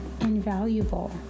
invaluable